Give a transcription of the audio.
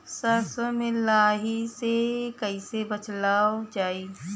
सरसो में लाही से कईसे बचावल जाई?